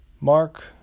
Mark